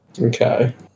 Okay